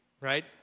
right